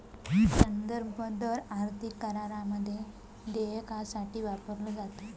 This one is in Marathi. संदर्भ दर आर्थिक करारामध्ये देयकासाठी वापरलो जाता